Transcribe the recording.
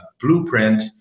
blueprint